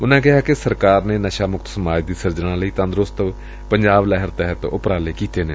ਉਨੂਾ ਕਿਹਾ ਕਿ ਸਰਕਾਰ ਨੇ ਨਸ਼ਾ ਮੁਕਤ ਸਮਾਜ ਦੀ ਸਿਰਜਣਾ ਲਈ ਤੰਦਰੁਸਤ ਪੰਜਾਬ ਲਹਿਰ ਤਹਿਤ ਉਪਰਾਲੇ ਕੀਤੇ ਨੇ